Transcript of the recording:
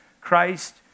Christ